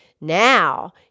now